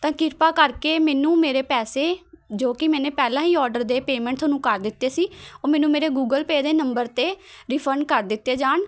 ਤਾਂ ਕਿਰਪਾ ਕਰਕੇ ਮੈਨੂੰ ਮੇਰੇ ਪੈਸੇ ਜੋ ਕਿ ਮੈਨੇ ਪਹਿਲਾਂ ਹੀ ਔਡਰ ਦੇ ਪੇਮੈਂਟ ਤੁਹਾਨੂੰ ਕਰ ਦਿੱਤੇ ਸੀ ਉਹ ਮੈਨੂੰ ਮੇਰੇ ਗੂਗਲ ਪੇਅ ਦੇ ਨੰਬਰ 'ਤੇ ਰਿਫੰਡ ਕਰ ਦਿੱਤੇ ਜਾਣ